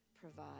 provide